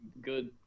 good